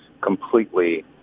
completely